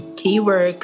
keyword